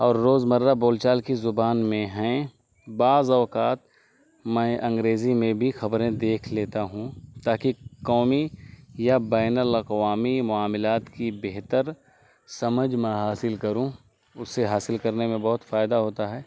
اور روز مرہ بول چال کی زبان میں ہیں بعض اوقات میں انگریزی میں بھی خبریں دیکھ لیتا ہوں تا کہ قومی یا بین الاقوامی معاملات کی بہتر سمجھ میں حاصل کروں اس سے حاصل کرنے میں بہت فائدہ ہوتا ہے